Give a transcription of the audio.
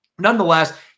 Nonetheless